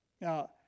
Now